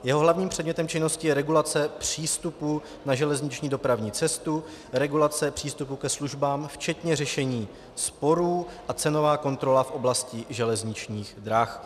Jeho hlavním předmětem činnosti je regulace přístupu na železniční dopravní cestu, regulace přístupu ke službám včetně řešení sporů a cenová kontrola v oblasti železničních drah.